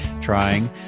trying